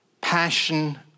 passion